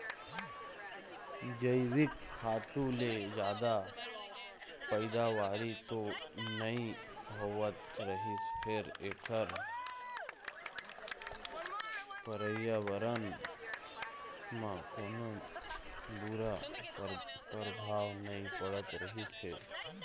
जइविक खातू ले जादा पइदावारी तो नइ होवत रहिस फेर एखर परयाबरन म कोनो बूरा परभाव नइ पड़त रहिस हे